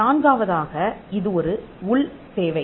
நான்காவதாக இது ஒரு உள் தேவை